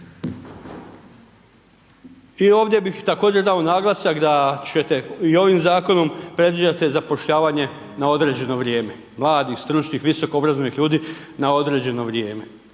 I ovdje bih također dao naglasak da ćete i ovim zakonom predviđate zapošljavanje na određeno vrijeme, mladih, stručnih, visoko obrazovanih ljudi na određeno vrijeme,